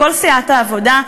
כל סיעת העבודה,